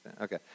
Okay